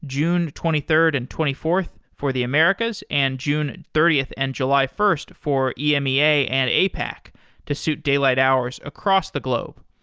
june twenty third and twenty fourth for the americas, and june thirtieth and july first for emea and apac to suit daylight hours across the globe.